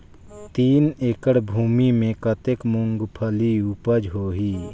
तीन एकड़ भूमि मे कतेक मुंगफली उपज होही?